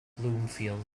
bloomfield